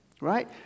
right